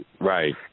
Right